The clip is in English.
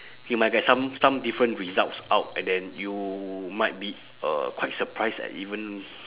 you might get some some different results out and then you might be uh quite surprised at even